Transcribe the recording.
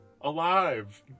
alive